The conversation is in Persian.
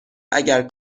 اگر